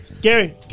Gary